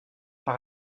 par